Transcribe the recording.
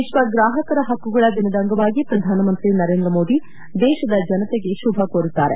ವಿಶ್ವ ಗ್ರಾಹಕರ ಹಕ್ಕುಗಳ ದಿನದ ಅಂಗವಾಗಿ ಪ್ರಧಾನಮಂತ್ರಿ ನರೇಂದ್ರ ಮೋದಿ ದೇಶದ ಜನತೆಗೆ ಶುಭ ಕೋರಿದ್ದಾರೆ